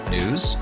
News